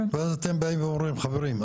ואז אתם באים ואומרים: חברים,